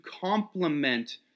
complement